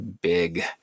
big